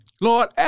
Lord